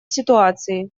ситуации